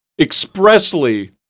expressly